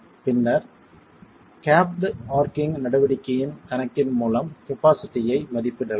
பின்னர் கேப்ட் ஆர்ச்சிங் நடவடிக்கையின் கணக்கின் மூலம் கெப்பாசிட்டியை மதிப்பிடலாம்